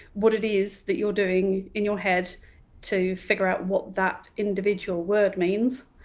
what it is that you're doing in your head to figure out what that individual word means,